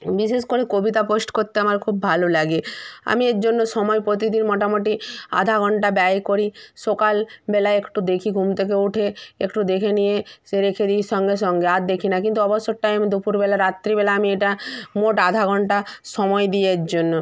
বিশেষ করে কবিতা পোস্ট করতে আমার খুব ভালো লাগে আমি এর জন্য সময় প্রতিদিন মোটামোটি আধা ঘন্টা ব্যয় করি সকালবেলা একটু দেখি ঘুম থেকে উঠে একটু দেখে নিয়ে সে রেখে দিই সঙ্গে সঙ্গে আর দেখি না কিন্তু অবসর টাইম দুপুরবেলা রাত্রিবেলা আমি এটা মোট আধা ঘন্টা সময় দিই এর জন্য